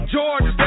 George